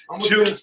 two